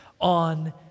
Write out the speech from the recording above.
on